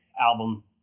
album